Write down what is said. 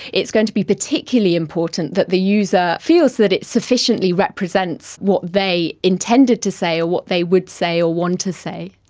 it's going to be particularly important that the user feels that it sufficiently represents what they intended to say or what they would say or want to say.